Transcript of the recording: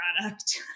product